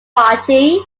party